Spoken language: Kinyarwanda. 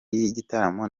y’igitaramo